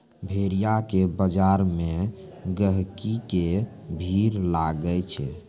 भेड़िया के बजार मे गहिकी के भीड़ लागै छै